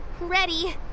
ready